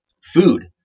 food